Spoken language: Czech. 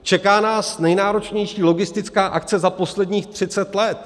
Čeká nás nejnáročnější logistická akce za posledních třicet let.